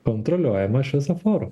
kontroliuojama šviesoforų